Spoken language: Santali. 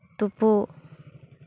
ᱛᱩᱯᱩᱫ